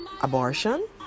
abortion